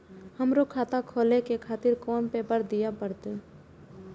हमरो खाता खोले के खातिर कोन पेपर दीये परतें?